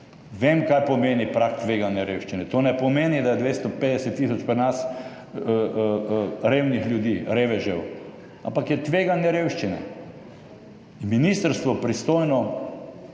Vem, kaj pomeni prag tveganja revščine, to ne pomeni, da je 250 tisoč pri nas revnih ljudi, revežev, ampak je tveganje revščine. Ministrstvo, pristojno